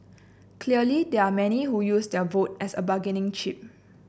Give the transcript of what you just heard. clearly there are many who use their vote as a bargaining chip